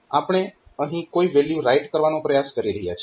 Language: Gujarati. આપણે અહીં કોઈ વેલ્યુ રાઈટ કરવાનો પ્રયાસ કરી રહયા છીએ